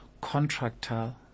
contractor